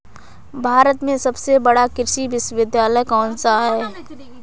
भारत में सबसे बड़ा कृषि विश्वविद्यालय कौनसा है?